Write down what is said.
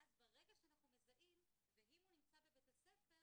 ואז ברגע שאנחנו מזהים ואם הוא נמצא בבית הספר,